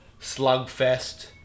slugfest